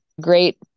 great